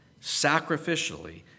sacrificially